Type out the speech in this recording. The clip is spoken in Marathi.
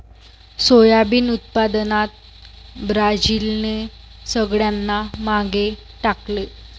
सोयाबीन उत्पादनात ब्राझीलने सगळ्यांना मागे टाकले